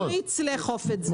זה לתת להם תמריץ לאכוף את זה.